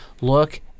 look